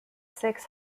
six